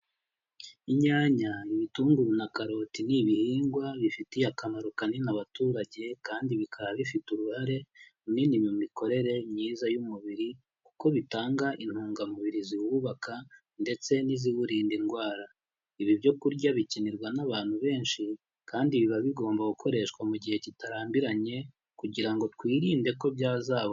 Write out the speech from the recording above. Inyanya, ibitunguru, na karoti, ni ibihingwa bifitiye akamaro kanini abaturage, kandi bikaba bifite uruhare runini mu mikorere myiza y'umubiri kuko bitanga intungamubiri ziwubaka, ndetse n'iziwurinda indwara, ibi byo kurya bikenerwa n'abantu benshi, kandi biba bigomba gukoreshwa mu gihe kitarambiranye, kugira ngo twirinde ko byazabora.